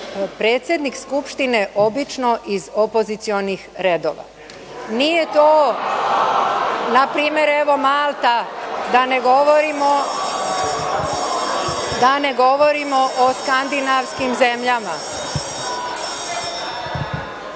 predsednik Skupštine obično iz opozicionih redova. Na primer, Malta, a da ne govorimo i o Skandinavskim zemljama. Mi